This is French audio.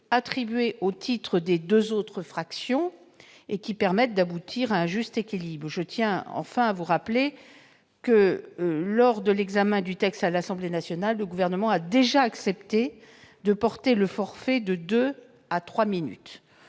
attribuées au titre des deux autres fractions, qui permettent d'aboutir à un juste équilibre. Je tiens à rappeler que, lors de l'examen du texte à l'Assemblée nationale, le Gouvernement a déjà accepté de porter le forfait de deux à trois minutes.